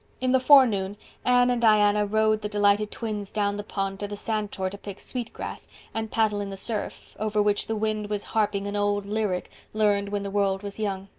in the forenoon anne and diana rowed the delighted twins down the pond to the sandshore to pick sweet grass and paddle in the surf, over which the wind was harping an old lyric learned when the world was young.